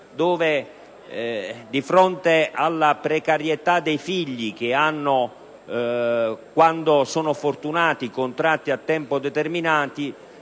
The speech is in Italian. dove, di fronte alla precarietà dei figli che, quando sono fortunati, hanno contratti a tempo determinato,